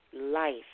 life